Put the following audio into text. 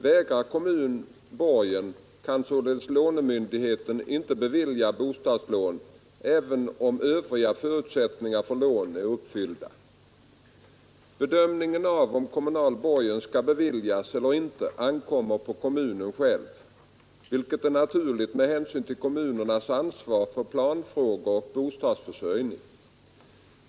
Vägrar kommun borgen, kan således lånemyndigheten inte bevilja bostadslån även om övriga förutsättningar för lån är uppfyllda. Bedömningen av om kommunal borgen skall beviljas eller inte ankommer på kommunen själv, vilket är naturligt med hänsyn till kommunernas ansvar för planfrågorna och bostadsförsörjningen.